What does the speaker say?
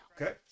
Okay